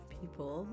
people